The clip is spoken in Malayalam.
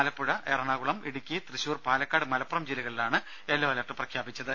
ആലപ്പുഴ എറണാകുളം ഇടുക്കി തൃശൂർ പാലക്കാട് മലപ്പുറം ജില്ലകളിലാണ് യെല്ലോ അലർട്ട് പ്രഖ്യാപിച്ചത്